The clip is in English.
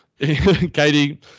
Katie